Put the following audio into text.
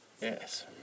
Yes